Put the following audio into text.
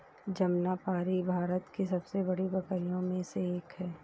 जमनापारी भारत की सबसे बड़ी बकरियों में से एक है